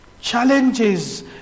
challenges